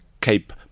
Cape